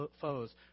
foes